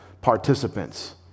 participants